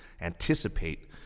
anticipate